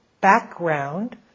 background